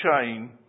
chain